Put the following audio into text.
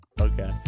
Okay